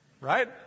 right